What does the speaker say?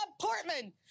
Portman